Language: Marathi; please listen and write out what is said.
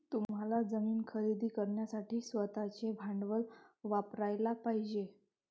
तुम्हाला जमीन खरेदी करण्यासाठी स्वतःचे भांडवल वापरयाला पाहिजे